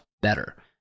better